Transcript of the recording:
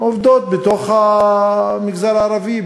עובדות בתוך המגזר הערבי,